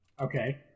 Okay